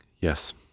Yes